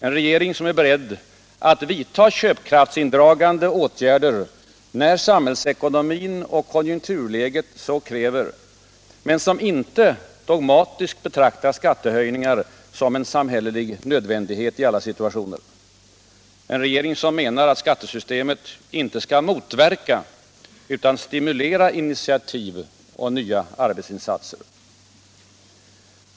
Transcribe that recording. En regering som är beredd att vidta köpkraftsindragande åtgärder, när samhällsekonomin och konjunkturläget så kräver, men som inte dogmatiskt betraktar skattehöjningar som en samhällelig nödvändighet i alla situationer. En regering som menar att skattesystemet inte skall motverka utan stimulera initiativ och nya arbetsinsatser.